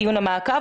דיון המעקב,